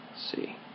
see